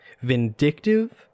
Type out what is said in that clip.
vindictive